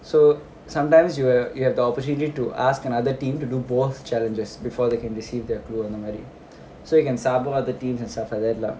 so sometimes you h~ you have the opportunity to ask another team to do both challenges before they can receive their clue normally so you can sabo other teams and stuff like that lah